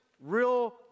real